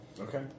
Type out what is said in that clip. Okay